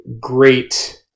great